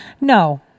No